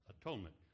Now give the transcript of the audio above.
atonement